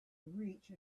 reach